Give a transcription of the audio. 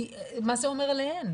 כי מה זה אומר עליהן?